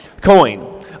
coin